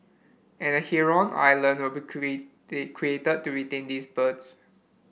and a heron island will be created to retain these birds